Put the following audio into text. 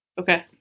Okay